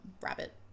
rabbit